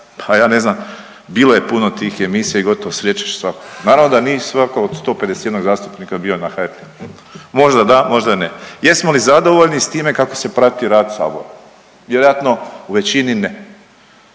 pa ja ne znam, bilo je puno tih emisija i gotovo … /ne razumije se/. Naravno da nije svaki od 151 zastupnika bio na HRT-u. Možda da, možda ne? Jesmo li zadovoljni s time kako se prati rad Sabora? Vjerojatno u većini ne.